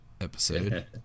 episode